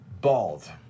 bald